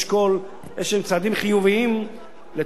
חיוביים לטובתם של זוגות צעירים בארץ.